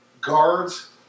guards